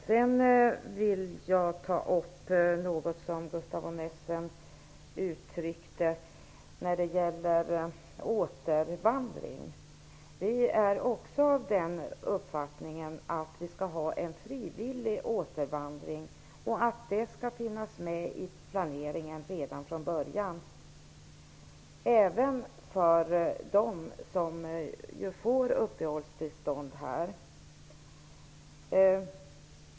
Sedan vill jag ta upp något som Gustaf von Essen sade när det gäller återvandring. Vi är också av den uppfattningen att en frivillig återvandring skall finnas med i planeringen redan från början, även för dem som får uppehållstillstånd här.